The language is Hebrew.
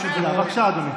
בבקשה, אדוני.